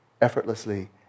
Effortlessly